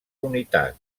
unitat